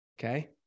okay